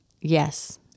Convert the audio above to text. Yes